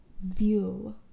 view